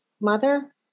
mother